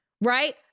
Right